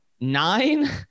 Nine